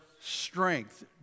strength